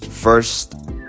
First